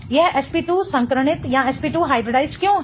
यह sp2 संकरणित क्यों है